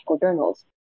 journals